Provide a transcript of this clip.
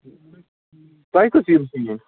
تۄہہِ کُس ہیٛوٗ چھُ نِیُن